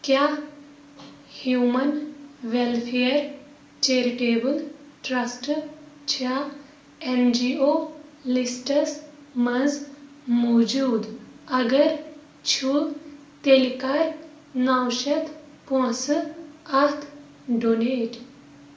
کیٛاہ human welfare charitable trust چھا N G O لِسٹَس منٛز موجوٗد اگر چھُ تیٚلہِ کَر نَو شَتھ پونٛسہٕ اَتھ ڈونیٹ